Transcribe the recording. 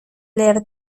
leer